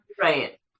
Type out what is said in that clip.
Right